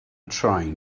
trying